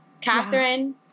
Catherine